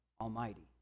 almighty